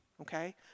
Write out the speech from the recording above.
okay